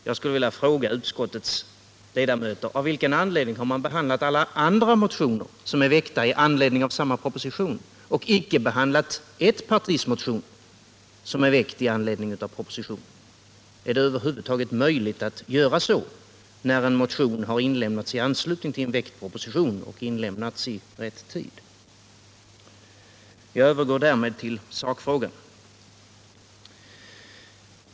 Jag vill fråga utskottets ledamöter: Av vilken anledning har man behandlat alla andra motioner, som är väckta i anledning av denna proposition, men icke behandlat ett partis motion som väckts i anledning av samma proposition? Är det över huvud taget möjligt att göra så, när en motion har väckts i anslutning till en framlagd proposition och inlämnats i rätt tid? Jag övergår därmed till sakfrågan.